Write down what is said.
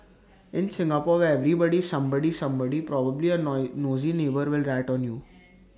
in Singapore where everybody is somebody's somebody probably A nosy neighbour will rat on you